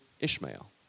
Ishmael